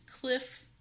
Cliff